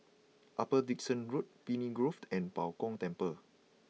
Upper Dickson Road Pine Grove and Bao Gong Temple